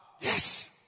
Yes